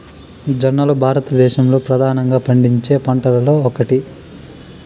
జొన్నలు భారతదేశంలో ప్రధానంగా పండించే పంటలలో ఒకటి